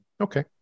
Okay